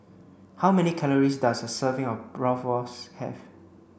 how many calories does a serving of Bratwurst have